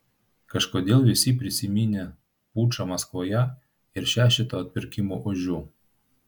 kažkodėl visi prisiminė pučą maskvoje ir šešetą atpirkimo ožių